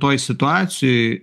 toj situacijoj